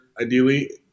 ideally